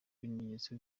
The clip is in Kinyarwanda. ibimenyetso